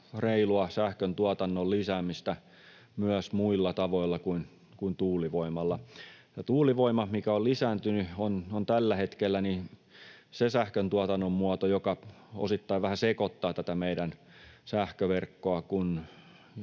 sähköntuotannon lisäämistä myös muilla tavoilla kuin tuulivoimalla. Tuulivoima, mikä on lisääntynyt, on tällä hetkellä se sähköntuotannon muoto, joka osittain vähän sekoittaa tätä meidän sähköverkkoamme,